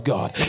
God